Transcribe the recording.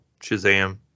Shazam